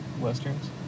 Westerns